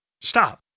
Stop